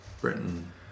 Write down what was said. Britain